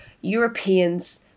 europeans